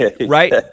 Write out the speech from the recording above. right